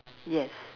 yes